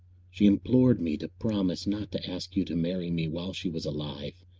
she implored me to promise not to ask you to marry me while she was alive.